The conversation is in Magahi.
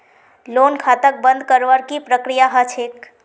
लोन खाताक बंद करवार की प्रकिया ह छेक